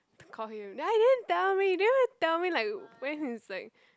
I call him that he didn't tell me didn't even tell me like when he's like